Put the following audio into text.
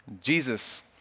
Jesus